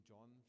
John